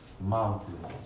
mountains